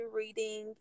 reading